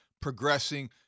progressing